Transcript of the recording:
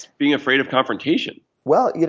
being afraid of confrontation. well, yeah